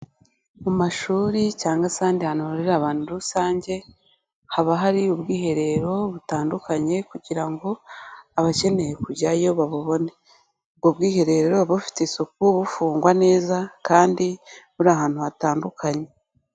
Mu mashuri cyangwa se ahandi hantu hahurira abantu rusange, haba hari ubwiherero butandukanye, kugira ngo abakeneye kujyayo babubone, ubwo bwiherero buba bufite isuku bufungwa neza, kandi buri ahantu hatandukanye.